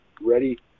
ready